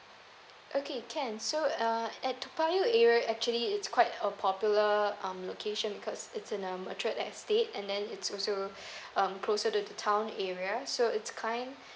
okay can so uh at toa payoh area actually it's quite a popular um location because it's in a mature estate and then it's also um closer to the town area so its kind